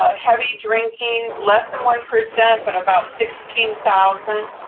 ah heavy drinking, less than one percent, but about sixteen thousand.